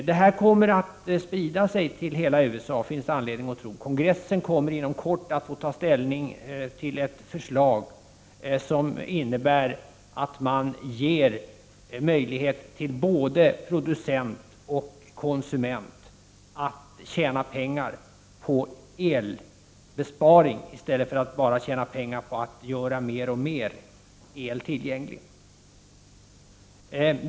Det finns anledning att tro att det här sprider sig till hela USA. Kongressen kommer inom kort att få ta ställning till ett förslag som innebär att både producent och konsument får möjlighet att tjäna pengar på elbesparing i stället för att bara tjäna pengar på att göra mer och mer el tillgänglig.